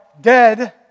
dead